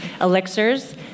Elixirs